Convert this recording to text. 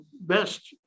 best